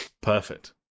Perfect